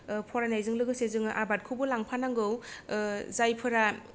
फरायनायजों लोगोसे जोङो आबादखौबो लांफानांगौ जायफोरा